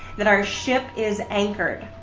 that our ship is anchored.